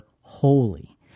holy